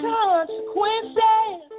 consequences